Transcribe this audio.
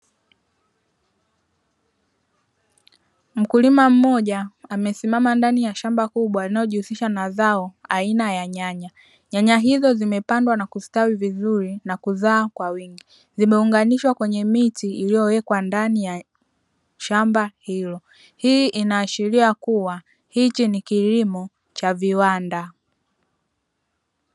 Mkulima mmoja amesimama dnani ya shamba kubwa linalojihuisisha na zao aina ya nyanya. Nyanya hizo zimepandwa na kustawi vizuri na kuzaa kwa wingi. Zimeunganishwa kwenye miti iliyowekwa ndani ya shamba hilo. Hii inaashiria kuwa hiki ni kilimo cha viwanda.